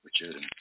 Richard